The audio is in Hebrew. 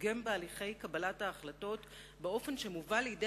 ופוגם בהליכי קבלת ההחלטות באופן שמובא לידי